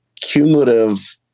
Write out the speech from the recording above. cumulative